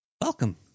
Welcome